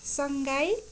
Shanghai